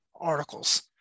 articles